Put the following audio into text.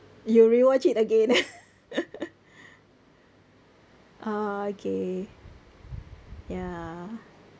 you rewatch it again ah okay ya